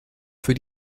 für